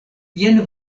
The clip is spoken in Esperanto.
jen